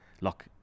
Look